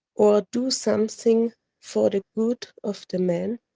or do something for the good of the man,